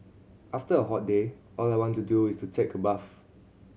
after a hot day all I want to do is take a bath